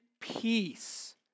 peace